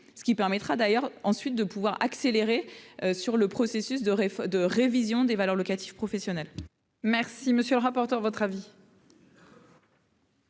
ce qui permettra d'ailleurs ensuite de pouvoir accélérer sur le processus de de révision des valeurs locatives professionnel. Merci, monsieur le rapporteur, votre avis.